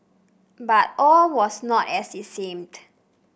but all was not as it seemed